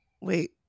Wait